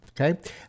Okay